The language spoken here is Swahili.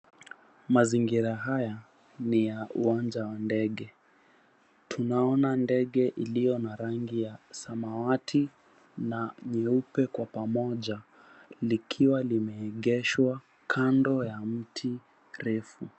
Mazingira haya ni ya uwanja wa ndege. Tunaona ndege iliyo na rangi ya samawati na nyeupe kwa pamoja likiwa limeegeshwa kando ya mti refu.